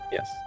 Yes